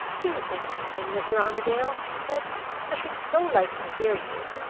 do sing something, mr. armadale, she said i should so like to hear you!